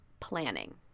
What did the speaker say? Planning